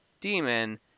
demon